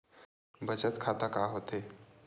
बचत खाता का होथे?